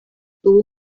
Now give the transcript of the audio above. tuvo